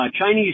Chinese